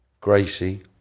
Gracie